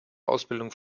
ausbildung